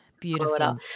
Beautiful